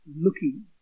looking